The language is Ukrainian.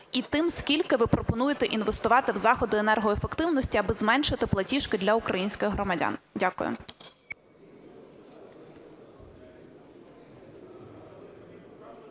і тим, скільки ви пропонуєте інвестувати в заходи енергоефективності, аби зменшити платіжки для українських громадян? Дякую.